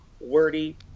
wordy